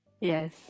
Yes